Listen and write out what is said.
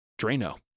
Drano